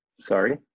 Sorry